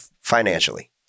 financially